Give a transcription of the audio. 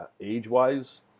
age-wise